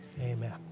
amen